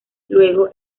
luego